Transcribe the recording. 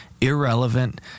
irrelevant